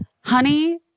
honey